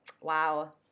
Wow